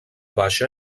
baixa